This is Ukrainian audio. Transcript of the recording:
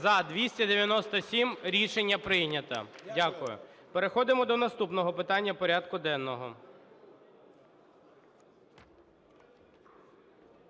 За-297 Рішення прийнято. Дякую. Переходимо до наступного питання порядку денного.